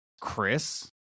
Chris